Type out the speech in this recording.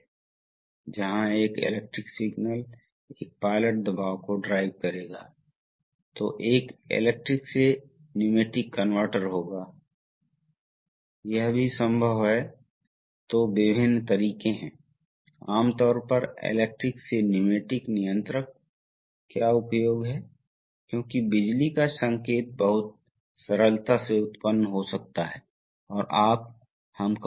इसलिए जब आप जब आप इसे फिर से स्विच करते हैं तो यह बाईं ओर दाईं ओर शिफ्ट हो जाता है अब यह कैम है इसलिए यह इस स्थिति में है और यह इस स्थिति में है इसलिए अब यह क्या हो रहा है फिर से यह पंप से जुड़ा हुआ है यह पंप है यह पंप से जुड़ा है